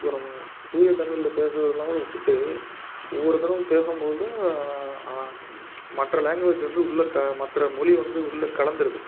இப்போ நம்ம தூயதமிழில் பேசறதெல்லாம் கூட விட்டுவிட்டு ஒவ்வொருத்தரும் பேசும்போது மற்ற லாங்குவேஜ் வந்து உள்ள மற்ற மொழி வந்து உள்ள கலந்துருது